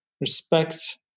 respect